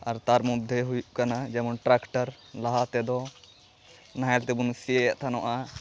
ᱟᱨ ᱛᱟᱨ ᱢᱚᱫᱽᱫᱷᱮ ᱦᱩᱭᱩᱜ ᱠᱟᱱᱟ ᱡᱮᱢᱚᱱ ᱴᱨᱟᱠᱴᱟᱨ ᱞᱟᱦᱟᱛᱮ ᱫᱚ ᱱᱟᱦᱮᱞ ᱛᱮᱵᱚᱱ ᱥᱤᱭᱮᱫ ᱛᱮᱦᱮᱱᱚᱜᱼᱟ